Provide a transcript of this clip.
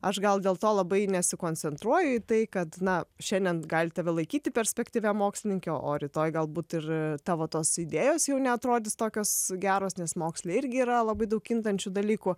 aš gal dėl to labai nesikoncentruoju į tai kad na šiandien gali tave laikyti perspektyvia mokslininke o rytoj galbūt ir tavo tos idėjos jau neatrodys tokios geros nes moksle irgi yra labai daug kintančių dalykų